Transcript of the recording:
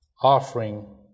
offering